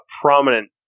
prominent